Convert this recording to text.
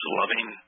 loving